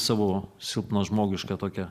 savo silpną žmogišką tokią